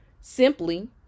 Simply